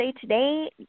Today